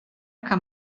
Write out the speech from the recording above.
kann